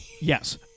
Yes